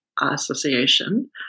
Association